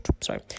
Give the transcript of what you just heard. sorry